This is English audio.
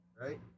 right